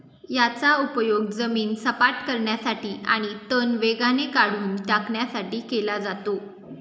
याचा उपयोग जमीन सपाट करण्यासाठी आणि तण वेगाने काढून टाकण्यासाठी केला जातो